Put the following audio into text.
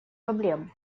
проблем